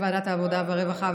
שמגיע לוועדת העבודה והרווחה,